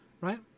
Right